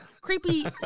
Creepy